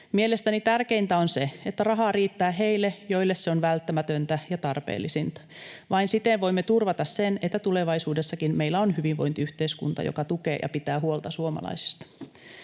Mielestäni tärkeintä on se, että rahaa riittää heille, joille se on välttämätöntä ja tarpeellisinta. Vain siten voimme turvata sen, että tulevaisuudessakin meillä on hyvinvointiyhteiskunta, joka tukee ja pitää huolta suomalaisista.